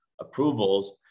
approvals